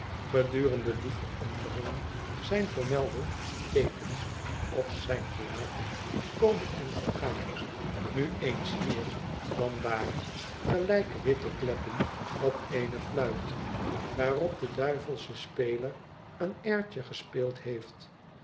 gedurende die veranderingen zijn voormelde teekens op zijn gelaat gekomen en gegaan nu eens hier dan daar gelijk witte kleppen op eene fluit waarop de duivelsche speler een airtje gespeeld heeft